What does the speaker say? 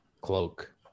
cloak